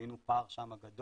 ראינו שם פער גדול,